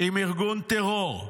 עם ארגון טרור,